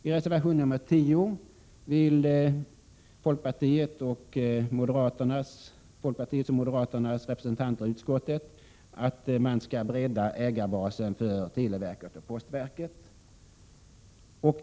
I reservation 10 vill folkpartiets och moderaternas representanter i utskottet att ägarkretsen för televerket och postverket skall breddas. Jag yrkar bifall till den reservationen.